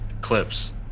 clips